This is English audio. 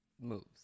Moves